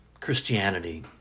Christianity